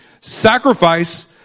Sacrifice